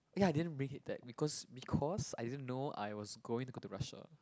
ya I didn't make it that because because I didn't know I was going to go to Russia